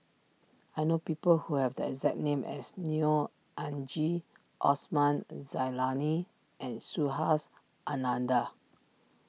I know people who have the exact name as Neo Anngee Osman Zailani and Subhas Anandan